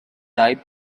dive